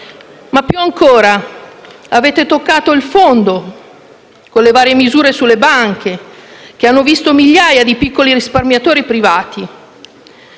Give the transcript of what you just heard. Avete ancor più toccato il fondo con le varie misure sulle banche, che hanno visto migliaia di piccoli risparmiatori privati